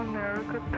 America